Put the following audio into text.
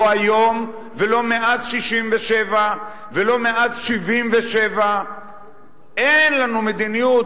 לא היום ולא מאז 1967 ולא מאז 1977. אין לנו מדיניות